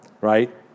right